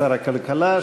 שר הכלכלה,